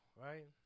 right